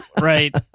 right